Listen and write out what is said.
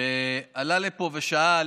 שעלה לפה ושאל